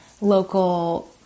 local